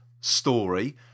story